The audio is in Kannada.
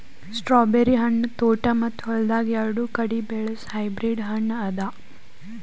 ಸ್ಟ್ರಾಬೆರಿ ಹಣ್ಣ ತೋಟ ಮತ್ತ ಹೊಲ್ದಾಗ್ ಎರಡು ಕಡಿ ಬೆಳಸ್ ಹೈಬ್ರಿಡ್ ಹಣ್ಣ ಅದಾ